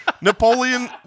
napoleon